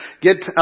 get